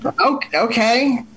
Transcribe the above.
Okay